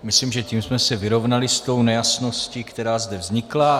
Myslím, že tím jsme se vyrovnali s tou nejasností, která zde vznikla.